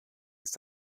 ist